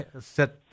set